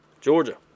Georgia